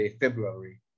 February